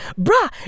Bruh